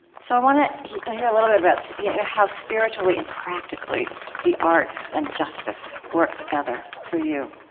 so i want to hear hear a little bit about yeah you know how spiritually and practically the arts and justice work together for you